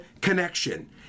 connection